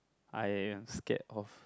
I am scared of